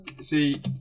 See